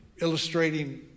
illustrating